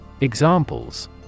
Examples